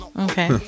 okay